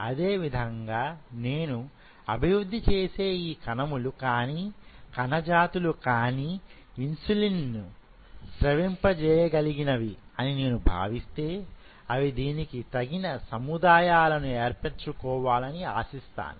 అదే విధంగా నేను అభివృద్ధి చేసే ఈ కణములు కానీ కణజాతులు కానీ ఇన్సులిన్ నుస్రవింప చేయగలిగినవి అని నేను భావిస్తే అవి దీనికి తగిన సముదాయాలను ఏర్పరచుకోవాలని ఆశిస్తాను